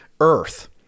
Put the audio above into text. earth